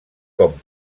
com